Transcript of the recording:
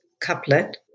couplet